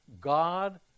God